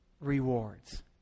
rewards